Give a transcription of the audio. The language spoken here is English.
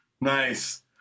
Nice